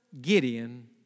Gideon